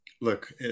look